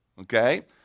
okay